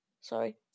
Sorry